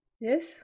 Yes